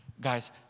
Guys